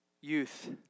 youth